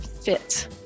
fit